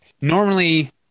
Normally